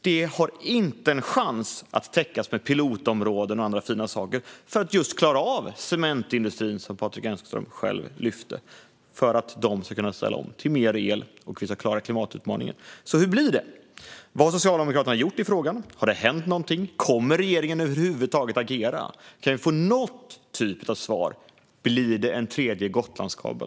Det finns inte en chans att detta ska kunna täckas av pilotområden och andra fina saker när det gäller att kunna klara av cementindustrin, som Patrik Engström själv lyfte. Det räcker inte för att industrin ska kunna ställa om till mer el och vi ska klara klimatutmaningen. Så hur blir det? Vad har Socialdemokraterna gjort i frågan? Har det hänt någonting? Kommer regeringen över huvud taget att agera? Kan vi få någon typ av svar? Blir det en tredje Gotlandskabel?